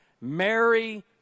Mary